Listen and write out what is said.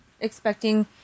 expecting